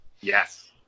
Yes